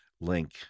link